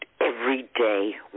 everyday